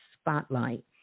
spotlight